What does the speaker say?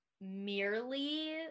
merely